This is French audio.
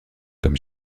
comme